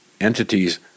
entities